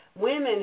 Women